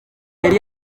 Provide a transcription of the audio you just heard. yari